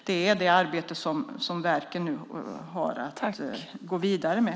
Det är det arbete som verken nu har att gå vidare med.